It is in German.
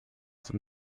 zum